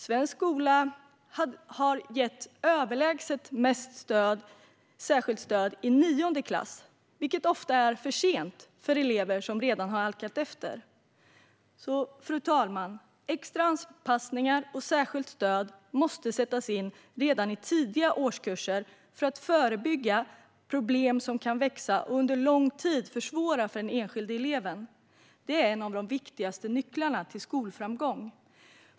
Svensk skola har gett överlägset mest särskilt stöd i nionde klass, vilket ofta är för sent för elever som redan har halkat efter. Fru talman! Extra anpassningar och särskilt stöd måste sättas in redan i tidiga årskurser för att förebygga problem som kan växa och under lång tid försvåra för den enskilde eleven. Det är en av de viktigaste nycklarna till skolframgång.